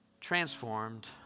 transformed